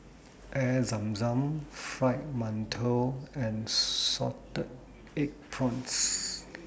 Air Zam Zam Fried mantou and Salted Egg Prawns